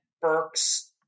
Burks